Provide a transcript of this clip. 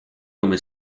come